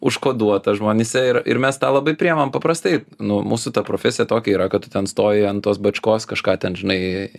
užkoduota žmonyse ir ir mes tą labai priimam paprastai nu mūsų ta profesija tokia yra kad ten stoji ant tos bačkos kažką ten žinai